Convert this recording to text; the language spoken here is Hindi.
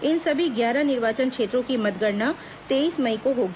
इन सभी ग्यारह निर्वाचन क्षेत्रों की मतगणना तेईस मई को होगी